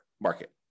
market